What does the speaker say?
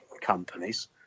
companies